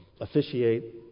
officiate